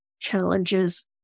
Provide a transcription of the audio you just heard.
challenges